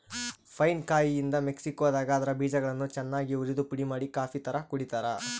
pine ಕಾಯಿಯಿಂದ ಮೆಕ್ಸಿಕೋದಾಗ ಅದರ ಬೀಜಗಳನ್ನು ಚನ್ನಾಗಿ ಉರಿದುಪುಡಿಮಾಡಿ ಕಾಫಿತರ ಕುಡಿತಾರ